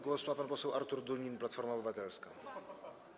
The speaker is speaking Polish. Głos ma pan poseł Artur Dunin, Platforma Obywatelska.